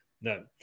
No